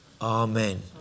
Amen